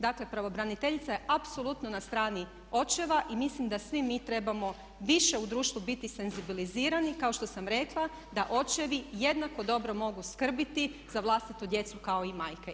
Dakle, pravobraniteljica je apsolutno na strani očeva i mislim da svi mi trebamo više u društvu biti senzibilizirani kao što sam rekla da očevi jednako dobro mogu skrbiti za vlastitu djecu kao i majke.